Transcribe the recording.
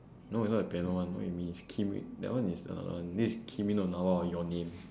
no it's not the piano one what you mean is kimi that one uh this is kimi no na wa or your name